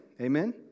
Amen